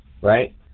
right